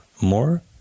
more